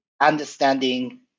understanding